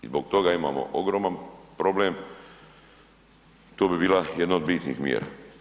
I zbog toga imamo ogroman problem, to bi bila jedna od bitnih mjera.